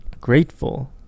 grateful